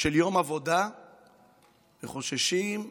של יום עבודה וחוששים להעיר,